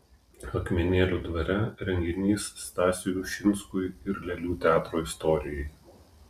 akmenėlių dvare renginys stasiui ušinskui ir lėlių teatro istorijai